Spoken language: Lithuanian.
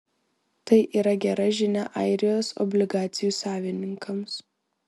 tai yra gera žinia airijos obligacijų savininkams